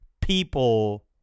people